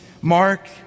Mark